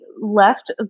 left